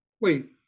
Wait